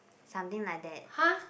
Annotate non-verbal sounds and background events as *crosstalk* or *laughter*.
something like that *breath*